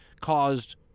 caused